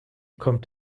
kommt